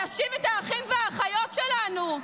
להשיב את האחים והאחיות שלנו,